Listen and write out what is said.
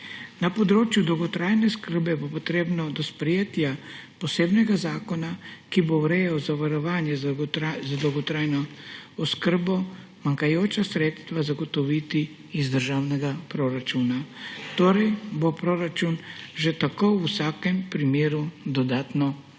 Na področju dolgotrajne oskrbe bo treba do sprejetja posebnega zakona, ki bo urejal zavarovanje za dolgotrajno oskrbo, manjkajoča sredstva zagotoviti iz državnega proračuna; torej bo proračun že tako v vsakem primeru dodatno obremenjen.